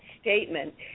statement